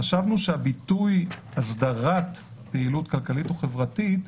חשבנו שהביטוי "אסדרת פעילות כלכלית או חברתית"